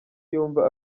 yumva